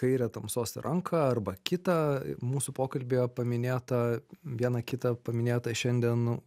kairę tamsos ranką arba kitą mūsų pokalbyje paminėtą vieną kitą paminėtą šiandien